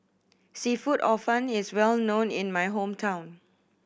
seafood Hor Fun is well known in my hometown